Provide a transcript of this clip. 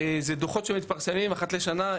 זה דו"חות שמתפרסמים אחת לשנה,